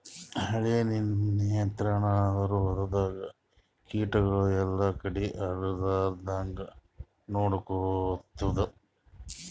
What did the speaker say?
ಕಳೆ ನಿಯಂತ್ರಣ ಅಂದುರ್ ಹೊಲ್ದಾಗ ಕೀಟಗೊಳ್ ಎಲ್ಲಾ ಕಡಿ ಆಗ್ಲಾರ್ದಂಗ್ ನೊಡ್ಕೊತ್ತುದ್